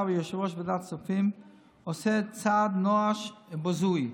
ויושב-ראש ועדת הכספים עושה צעד נואש ובזוי.